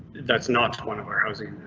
that's not one of our housing,